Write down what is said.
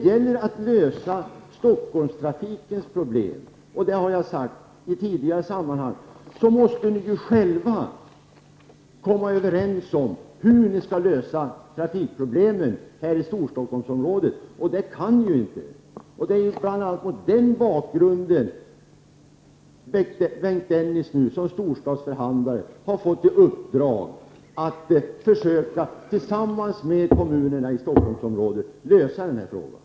Jag har i tidigare sammanhang sagt att ni själva måste komma överens om hur ni skall lösa trafikproblemen i Storstockholmsområdet. Det kan ni ju inte. Det är bl.a. mot den bakgrunden som Bengt Dennis som storstadsförhandlare har fått i uppdrag att tillsammans med kommunerna i Stockholmsområdet försöka lösa dessa problem.